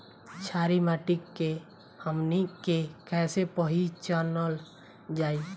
छारी माटी के हमनी के कैसे पहिचनल जाइ?